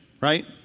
Right